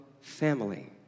family